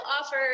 offer